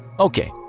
ok,